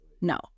No